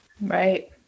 Right